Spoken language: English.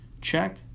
check